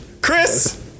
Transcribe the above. Chris